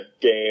game